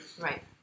Right